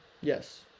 Yes